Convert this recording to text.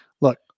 look